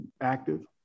active